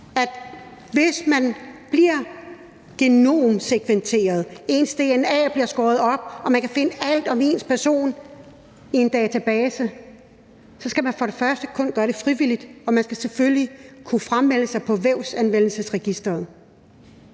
hvis man bliver genomsekventeret – at ens dna bliver skåret op, og man kan finde alt om ens person i en database – så skal man først og fremmest kun gøre det frivilligt, og man skal selvfølgelig kunne framelde sig hos Vævsanvendelsesregisteret.